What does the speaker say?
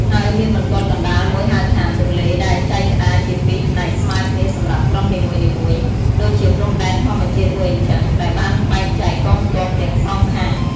ហើយមានបន្ទាត់កណ្តាលមួយហៅថា ទន្លេ ដែលចែកក្តារជាពីរផ្នែកស្មើគ្នាសម្រាប់ក្រុមនីមួយៗ ដូចជាព្រំដែនធម្មជាតិមួយអញ្ចឹង ដែលបានបែងចែកកងទ័ពទាំងសងខាង។